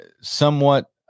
somewhat